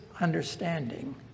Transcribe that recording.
understanding